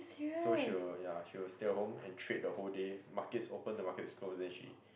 so she will ya she will stay at home and trade the whole day markets open the markets close then she